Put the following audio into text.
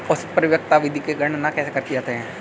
औसत परिपक्वता अवधि की गणना कैसे की जाती है?